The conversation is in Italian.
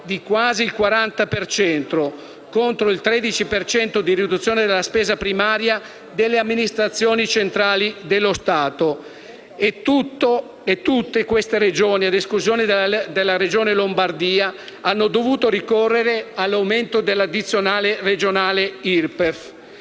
di quasi il 40 per cento, contro il 13 per cento di riduzione della spesa primaria delle amministrazioni centrali dello Stato. E tutte queste Regioni, ad eccezioni della Lombardia, hanno dovuto ricorrere all'aumento dell'addizionale regionale IRPEF.